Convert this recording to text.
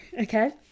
okay